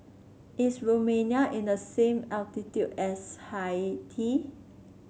is Romania in the same latitude as Haiti